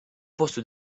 poste